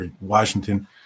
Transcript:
Washington